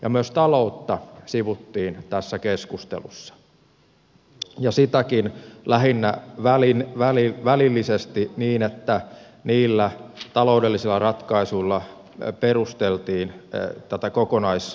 myös taloutta sivuttiin tässä keskustelussa sitäkin lähinnä välillisesti niin että niillä taloudellisilla ratkaisuilla perusteltiin tätä kokonaisratkaisua